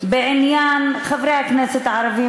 בעניין חברי הכנסת הערבים,